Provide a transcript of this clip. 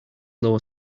low